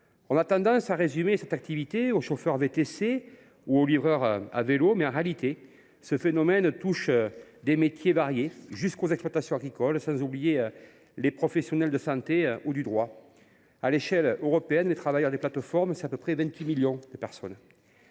On a tendance à résumer cette activité aux chauffeurs VTC ou aux livreurs à vélo, mais en réalité ce phénomène touche des métiers variés, jusqu’aux exploitations agricoles, sans oublier les professionnels de santé ou du droit… À l’échelle européenne, les travailleurs des plateformes sont 28 millions. La directive